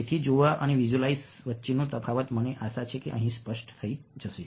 તેથી જોવા અને વિઝ્યુઅલાઈઝ વચ્ચેનો તફાવત મને આશા છે કે અહીં સ્પષ્ટ થઈ જશે